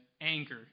Anchor